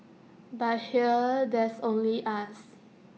but here there's only us